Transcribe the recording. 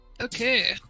Okay